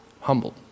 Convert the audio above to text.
humbled